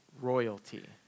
royalty